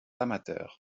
amateurs